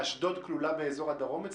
אשדוד ואשקלון כלולות באזור הדרום?